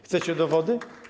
Chcecie dowody?